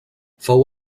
fou